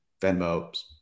Venmo